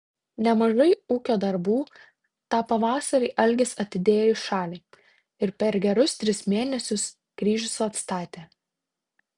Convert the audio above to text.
nemažai ūkio darbų tą pavasarį algis atidėjo į šalį ir per gerus tris mėnesius kryžius atstatė